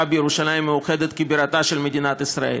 בירושלים המאוחדת כבירתה של מדינת ישראל.